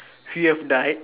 you have died